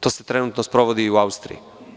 To se trenutno sprovodi i u Austriji.